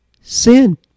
sin